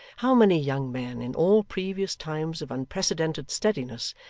how many young men, in all previous times of unprecedented steadiness,